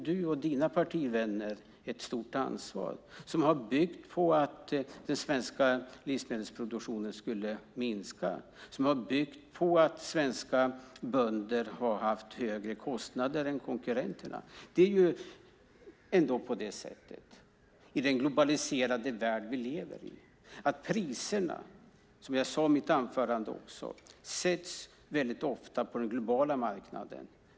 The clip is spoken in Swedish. Dessa har haft som politisk inriktning att bygga på att den svenska livsmedelsproduktionen skulle minska. De har byggt på att svenska bönder har haft högre kostnader än konkurrenterna. I den globaliserade värld vi lever i sätts priserna ofta på den globala marknaden, som jag sade i mitt anförande.